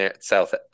South